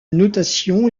notation